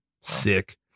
Sick